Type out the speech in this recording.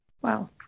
Wow